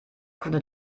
konnte